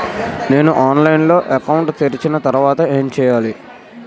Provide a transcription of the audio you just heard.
నేను ఆన్లైన్ లో అకౌంట్ తెరిచిన తర్వాత ఏం చేయాలి?